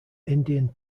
indian